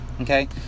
okay